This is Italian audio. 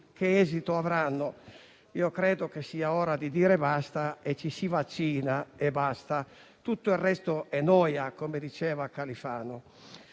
che esito avranno. Io penso che sia ora di dire basta: ci si vaccina e basta. Tutto il resto è noia, come diceva Califano.